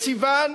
בסיוון,